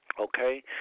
okay